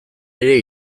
ere